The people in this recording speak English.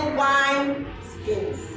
wineskins